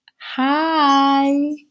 Hi